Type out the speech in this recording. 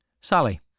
sally